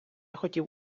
хотів